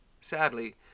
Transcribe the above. Sadly